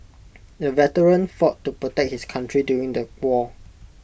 the veteran fought to protect his country during the war